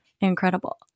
Incredible